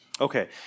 Okay